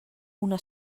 una